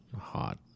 Hot